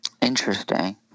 Interesting